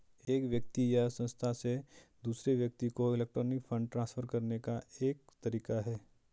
एक व्यक्ति या संस्था से दूसरे व्यक्ति को इलेक्ट्रॉनिक फ़ंड ट्रांसफ़र करने का एक तरीका है